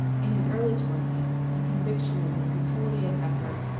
in his early twenties the conviction of the futility of effort,